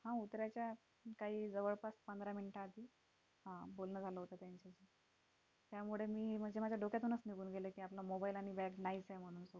हां उतरायच्या काही जवळपास पंधरा मिनटं आधी हां बोलणं झालं होतं त्यांच्याशी त्यामुळे मी म्हणजे माझ्या डोक्यातूनच निघून गेलं की आपला मोबाईल आणि बॅग नाहीच आहे म्हणून सोबत